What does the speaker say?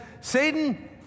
Satan